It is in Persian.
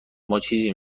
ماچیزی